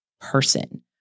person